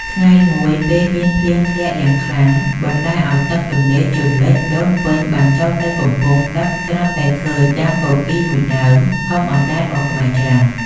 ថ្ងៃមួយ ពេលមានភ្លៀងធ្លាក់យ៉ាងខ្លាំងបណ្តាលឲ្យទឹកទន្លេជន់លិច ដូនពេញបានចុះទៅកំពង់ទឹកស្រាប់តែឃើញដើមគគីរមួយដើមធំអណ្តែតមកក្បែរច្រាំង។